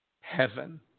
heaven